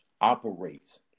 operates